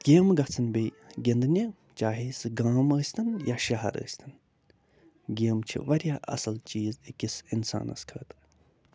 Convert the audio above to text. گیمہٕ گژھن بیٚیہِ گِنٛدنہِ چاہے سُہ گام ٲسۍتَن یا شہر ٲسۍتَن گیمہٕ چھِ واریاہ اَصٕل چیٖز أکِس اِنسانَس خٲطرٕ